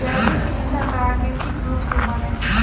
जैविक ईधन प्राकृतिक रूप से बनेला